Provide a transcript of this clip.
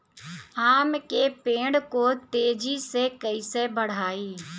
आम के पेड़ को तेजी से कईसे बढ़ाई?